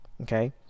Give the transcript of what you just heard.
okay